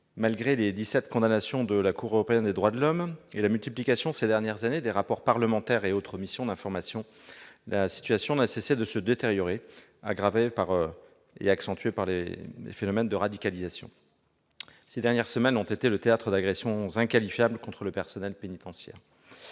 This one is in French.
Malgré les dix-sept condamnations de la Cour européenne des droits de l'homme et la multiplication, ces dernières années, des rapports parlementaires et autres missions d'information, la situation n'a cessé de se détériorer, aggravée et accentuée par les phénomènes de radicalisation. Ces dernières semaines ont été le théâtre d'agressions inqualifiables contre le personnel pénitentiaire.